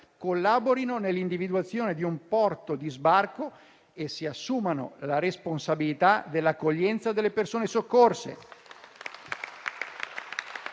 collaborino all'individuazione di un porto di sbarco e si assumano la responsabilità dell'accoglienza delle persone soccorse».